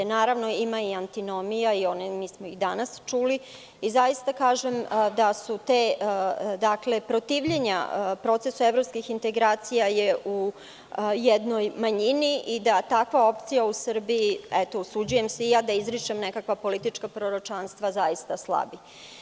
Naravno, ima i antinomija, njih smo i danas čuli i zaista kažem da su ta protivljenja procesu evropskih integracija su u jednoj manjini i da takva opcija u Srbiji, usuđujem se i ja da izričem nekakva politička proročanstva, zaista slabi.